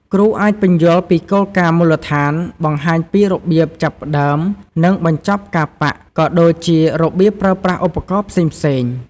គ្រូអាចពន្យល់ពីគោលការណ៍មូលដ្ឋាន បង្ហាញពីរបៀបចាប់ផ្ដើម និងបញ្ចប់ការប៉ាក់ ក៏ដូចជារបៀបប្រើប្រាស់ឧបករណ៍ផ្សេងៗ។